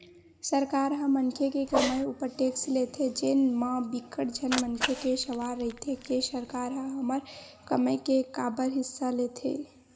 सरकार ह मनखे के कमई उपर टेक्स लेथे जेन म बिकट झन मनखे के सवाल रहिथे के सरकार ह हमर कमई के काबर हिस्सा लेथे